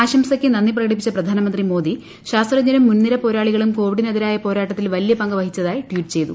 ആശംസയ്ക്ക് നന്ദി പ്രകടിപ്പിച്ച പ്രധാനമന്ത്രി മോദി ശാസ്ത്രജ്ഞരും മുൻനിര പോരാളികളും കോവിഡിനെതിരായ പോരാട്ടത്തിൽ വലിയ പങ്ക് വഹിച്ചതായി ട്വീറ്റ് ചെയ്തു